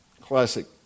classic